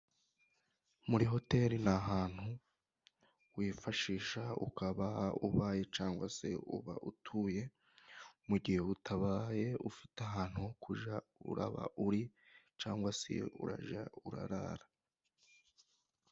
Muri hotel ni ahantu wifashisha ukaba ubaye cyangwa se uba utuye mu gihe utabaye ufite ahantu ho kujya uraba uri cyangwa se urajya urarara.